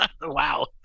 Wow